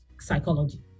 psychology